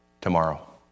tomorrow